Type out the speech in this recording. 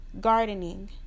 gardening